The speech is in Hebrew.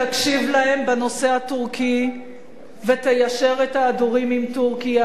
תקשיב להם בנושא הטורקי ותיישר את ההדורים עם טורקיה,